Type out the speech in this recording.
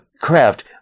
craft